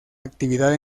actividad